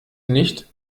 nicht